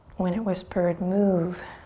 when it whispered move.